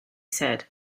said